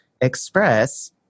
Express